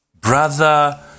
brother